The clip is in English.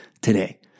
today